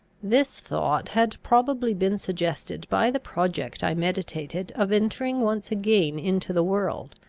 this thought had probably been suggested by the project i meditated of entering once again into the world,